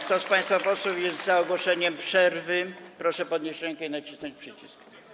Kto z państwa posłów jest za ogłoszeniem przerwy, proszę podnieść rękę i nacisnąć przycisk.